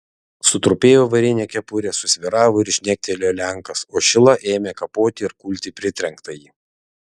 sutrupėjo varinė kepurė susvyravo ir žnektelėjo lenkas o šila ėmė kapoti ir kulti pritrenktąjį